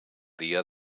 dia